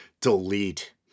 delete